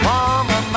Mama